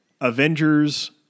Avengers